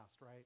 right